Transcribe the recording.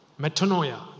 Metanoia